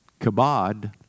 kabod